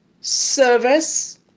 Service